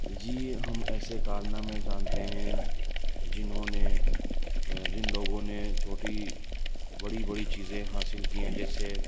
جی ہم ایسے کارنامے جانتے ہیں جنہوں نے جن لوگوں نے چھوٹی بڑی بڑی چیزیں حاصل کی ہیں جیسے